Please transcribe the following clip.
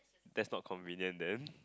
that's not convenient then